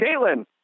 Caitlin